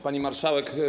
Pani Marszałek!